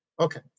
Okay